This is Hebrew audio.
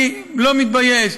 אני לא מתבייש,